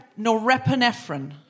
Norepinephrine